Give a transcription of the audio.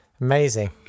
Amazing